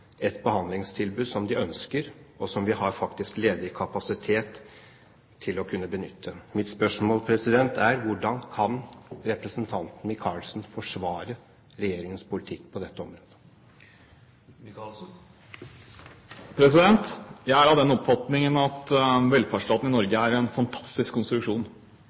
et behandlingstilbud som de ønsker, og som vi faktisk har ledig kapasitet til å kunne benytte. Mitt spørsmål er: Hvordan kan representanten Micaelsen forsvare regjeringens politikk på dette området? Jeg er av den oppfatningen at velferdsstaten Norge er en fantastisk konstruksjon.